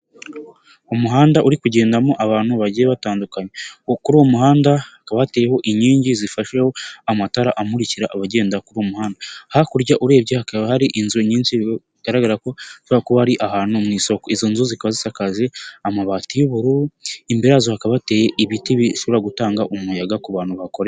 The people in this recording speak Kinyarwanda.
Umuhanda uri kugendamo abantu bagiye batandukanye, kuri uwo muhanda hakaba hateyeho inkingi zifasheho amatara amukira abagenda kuri uwo muhanda, hakurya urebye hakaba hari inzu nyinshi, bigaragara ko hashobora kuba ari ahantu mu isoko, izo nzu zikaba zisakaje amabati y'ubururu, imbere yazo hakaba hateye ibiti bishobora gutanga umuyaga ku bantu bahakorera.